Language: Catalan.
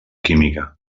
química